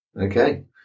Okay